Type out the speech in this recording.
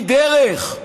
היא דרך.